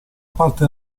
parte